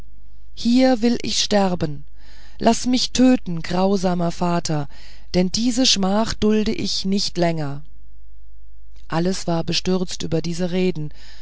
hier will ich sterben laß mich töten grausamer vater denn diese schmach dulde ich nicht länger alles war bestürzt über diese reden